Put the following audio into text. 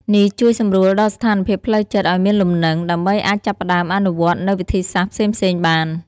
នេះជួយសម្រួលដល់ស្ថានភាពផ្លូវចិត្តឲ្យមានលំនឹង ដើម្បីអាចចាប់ផ្តើមអនុវត្តន៍នូវវិធីសាស្រ្តផ្សេងៗបាន។